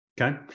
okay